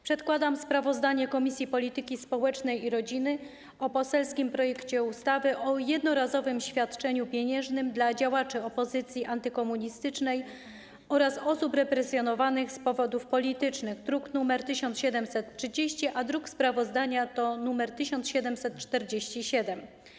Przedkładam sprawozdanie Komisji Polityki Społecznej i Rodziny o poselskim projekcie ustawy o jednorazowym świadczeniu pieniężnym dla działaczy opozycji antykomunistycznej oraz osób represjonowanych z powodów politycznych, druk nr 1730, a druk sprawozdania to druk nr 1747.